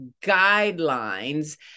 guidelines